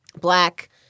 black